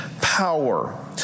power